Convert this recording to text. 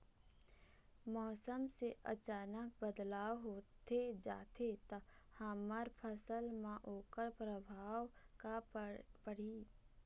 मौसम के अचानक बदलाव होथे जाथे ता हमर फसल मा ओकर परभाव का पढ़ी?